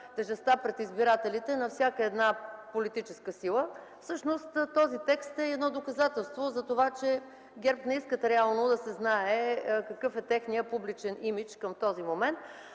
тежестта пред избирателите на всяка една политическа сила. Всъщност този текст е едно доказателство за това, че ГЕРБ не искат да се знае какъв е техният публичен имидж към този момент.